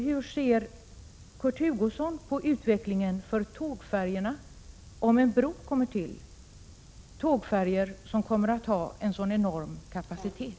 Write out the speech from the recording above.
Hur ser Kurt Hugosson på utvecklingen för tågfärjorna om en bro kommer till, tågfärjor som kommer att ha en sådan enorm kapacitet?